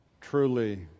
truly